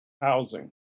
Housing